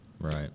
Right